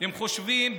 הם חושבים,